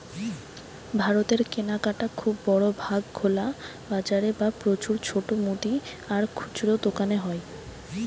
ভারতের কেনাকাটা খুব বড় ভাগ খোলা বাজারে বা প্রচুর ছোট মুদি আর খুচরা দোকানে হয়